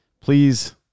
Please